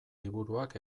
liburuak